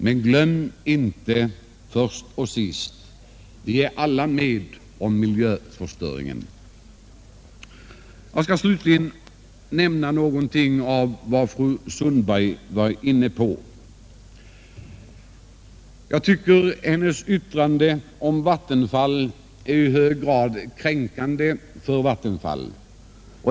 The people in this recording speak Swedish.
Men glöm inte först och sist: vi är alla med om miljöförstöringen. Jag skall slutligen nämna något om vad fru Sundberg sade. Jag tycker att hennes yttrande om Vattenfall är i hög grad kränkande för Vattenfall.